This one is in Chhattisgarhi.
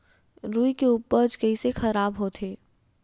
रुई के उपज कइसे खराब होथे?